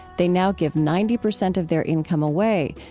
they now give ninety percent of their income away,